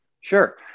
Sure